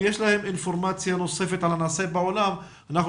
אם יש להם אינפורמציה נוספת על הנעשה בעולם אנחנו